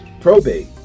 probate